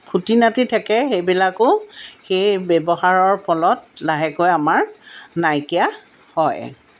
খুটি নাটি থাকে সেইবিলাকো সেই ব্যৱহাৰৰ ফলত লাহেকৈ আমাৰ নাইকিয়া হয়